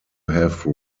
have